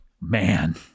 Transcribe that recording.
Man